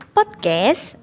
Podcast